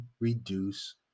reduce